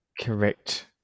Correct